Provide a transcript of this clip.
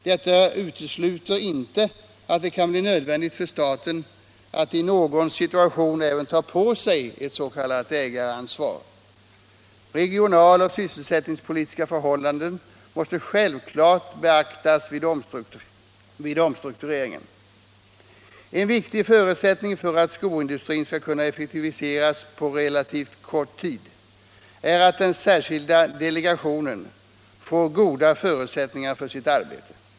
Detta utesluter inte att det kan bli nödvändigt för staten att i någon situation även ta på sig ett s.k. ägaransvar. Regionaloch sysselsättningspolitiska förhållanden måste självfallet beaktas vid omstruktureringen. En viktig förutsättning för att skoindustrin skall kunna effektiviseras på relativt kort tid är att den särskilda delegationen får goda förutsättningar för sitt arbete.